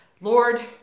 Lord